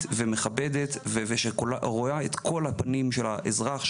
ומכבדת ושרואה את כל הפנים של האזרח,